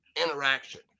interaction